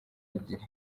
ebyiri